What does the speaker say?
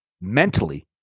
mentally